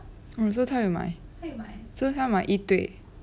oh so 他有买啊 so 他买一堆